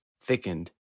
thickened